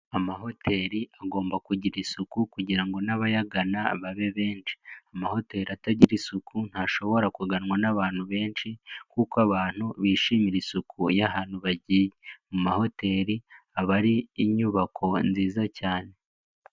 Amahoteli agomba kugira isuku kugira ngo n'abayagana babe benshi. Amahoteli atagira isuku ntashobora kuganwa n'abantu benshi kuko abantu bishimira isuku y'ahantu bagiye, mu mahoteli aba ari inyubako nziza cyane.